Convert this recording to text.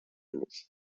los